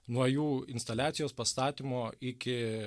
nuo jų instaliacijos pastatymo iki